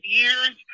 years